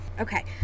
Okay